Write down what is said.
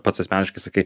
pats asmeniškai sakai